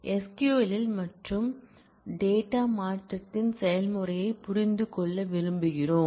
SQL இல் மற்றும் data மாற்றத்தின் செயல்முறையைப் புரிந்துகொள்ள விரும்புகிறோம்